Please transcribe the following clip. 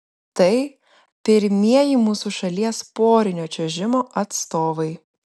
tai pirmieji mūsų šalies porinio čiuožimo atstovai